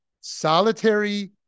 solitary